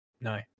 no